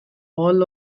all